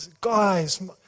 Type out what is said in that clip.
Guys